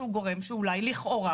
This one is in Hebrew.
לכן